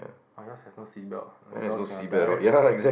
my dogs have no seat belt my dogs are gonna die